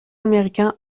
américain